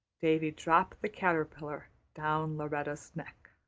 davy dropped the caterpillar down lauretta's neck.